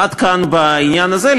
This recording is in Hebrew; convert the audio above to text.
עד כאן בעניין הזה.